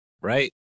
right